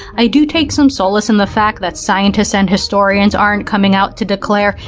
i do take some solace in the fact that scientists and historians aren't coming out to declare,